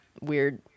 weird